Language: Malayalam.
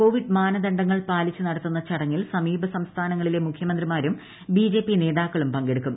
കോവിഡ് മാനദണ്ഡങ്ങൾ പാലിച്ച് നടത്തുന്ന ചടങ്ങിൽ സമീപ സംസ്ഥാനങ്ങളിലെ മുഖ്യമന്ത്രിമാരും ബി ജെ പി നേതാക്കളും പങ്കെടുക്കും